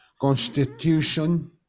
constitution